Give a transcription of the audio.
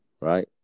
Right